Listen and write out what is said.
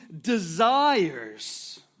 desires